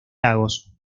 lagos